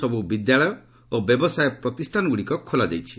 ସବୁ ବିଦ୍ୟାଳୟ ଓ ବ୍ୟବସାୟ ପ୍ରତିଷ୍ଠାନଗୁଡ଼ିକ ଖୋଲାଯାଇଛି